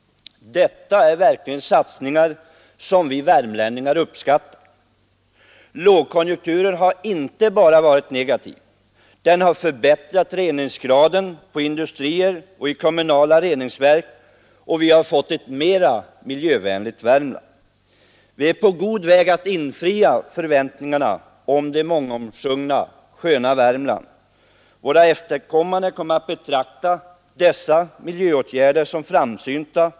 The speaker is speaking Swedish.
Detta är verkligen satsningar som vi värmlänningar uppskattar. Lågkonjunkturen har inte bara varit negativ. Den har förbättrat reningsgraden hos industrier och i kommunala reningsverk, och vi har fått ett mera miljövänligt Värmland. Vi är på god väg att infria förväntningarna om det mångomsjungna ”sköna Värmland”. Våra efterkommande kommer att betrakta dessa miljöåtgärder som framsynta.